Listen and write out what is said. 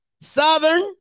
southern